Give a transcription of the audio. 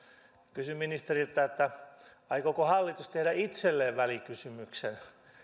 kysyn ministeriltä aikooko hallitus tehdä itselleen välikysymyksen